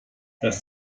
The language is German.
das